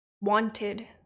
wanted